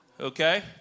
Okay